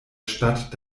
stadt